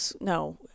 no